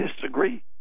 disagree